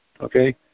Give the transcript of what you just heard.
okay